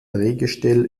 drehgestell